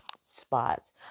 spots